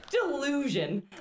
delusion